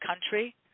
country